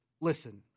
Listen